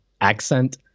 accent